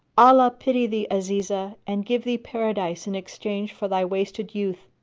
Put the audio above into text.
allah pity thee, azizah, and give thee paradise in exchange for thy wasted youth!